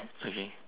okay